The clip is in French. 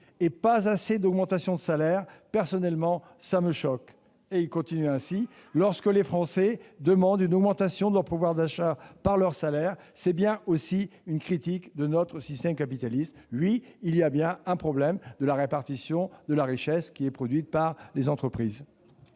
et pas assez d'augmentations de salaire, personnellement, ça me choque. Lorsque les Français demandent une augmentation de leur pouvoir d'achat par leur salaire, c'est bien aussi une critique de notre système capitaliste. » Alors, oui, il y a bien un problème de la répartition de la richesse produite par les entreprises